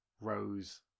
Rose